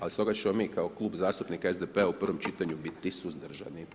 Ali stoga ćemo mi kao Klub zastupnika SDP-a u prvom čitanju biti suzdržani.